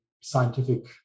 scientific